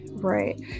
Right